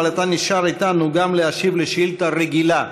אתה נשאר איתנו גם להשיב על שאילתה רגילה,